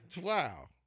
Wow